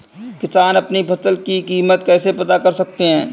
किसान अपनी फसल की कीमत कैसे पता कर सकते हैं?